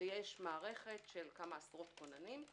ויש מערכת של כמה עשרות כוננים,